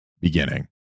beginning